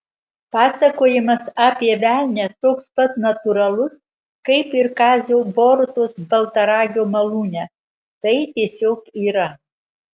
pasakojimas apie velnią toks pat natūralus kaip ir kazio borutos baltaragio malūne tai tiesiog yra